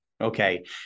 Okay